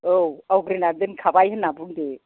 औ आवग्रिना दोनखाबाय होनना बुंदो